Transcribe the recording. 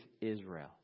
Israel